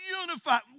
unified